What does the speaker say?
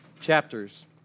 chapters